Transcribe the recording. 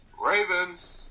Ravens